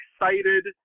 excited